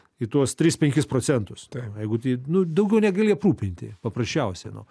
į tuos tris penkis procentus jeigu tai nu daugiau negali aprūpinti paprasčiausiai nu